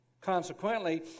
Consequently